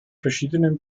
verschiedenen